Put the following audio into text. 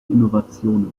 innovationen